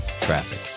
Traffic